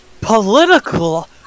political